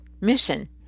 mission